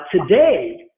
Today